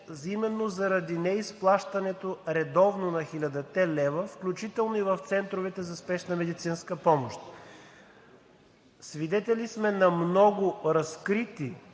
именно заради неизплащането редовно на хилядата лева, включително и в центровете за спешна медицинска помощ. Свидетели сме на много разкрити